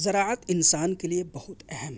زراعت انسان کے لیے بہت اہم ہے